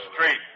street